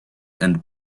and